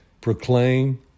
proclaim